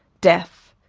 death,